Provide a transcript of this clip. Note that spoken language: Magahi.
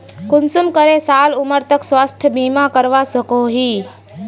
कुंसम करे साल उमर तक स्वास्थ्य बीमा करवा सकोहो ही?